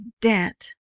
debt